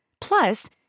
Plus